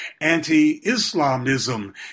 anti-Islamism